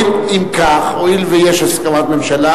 הואיל ויש הסכמת ממשלה,